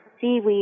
seaweed